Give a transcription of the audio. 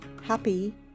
happy